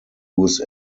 used